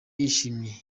yishimye